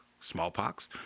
smallpox